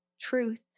Truth